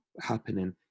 happening